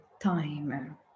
time